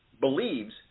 believes